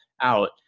out